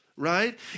right